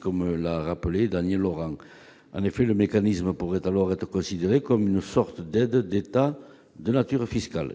comme l'a rappelé Daniel Laurent. En effet, le mécanisme pourrait alors être considéré comme une sorte d'aide d'État de nature fiscale.